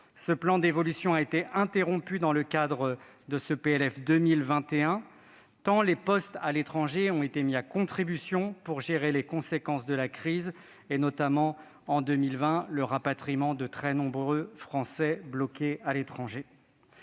un plan d'évolution de ses effectifs, interrompu dans le cadre de ce PLF 2021, tant les postes à l'étranger ont été mis à contribution pour gérer les conséquences de la crise, notamment les rapatriements de très nombreux Français bloqués à l'étranger